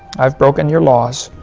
i've broken your laws.